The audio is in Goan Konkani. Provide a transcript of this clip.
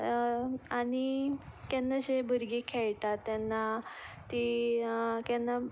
आनी केन्ना अशे भुरगीं खेळटात तेन्ना ती केन्ना